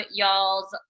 y'all's